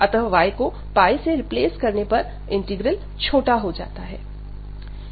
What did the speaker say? अतः y को से रिप्लेस करने पर इंटीग्रल छोटा हो जाता है